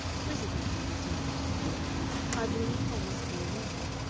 presently he resumed i believe i must be in love.